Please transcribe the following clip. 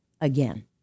again